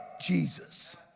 Jesus